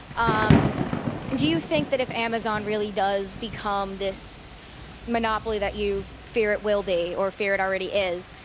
um and you you think that if amazon really does become this this monopoly that you fear it will be, or fear it already is,